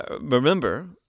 Remember